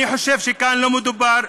אני חושב שכאן לא מדובר,